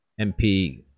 MP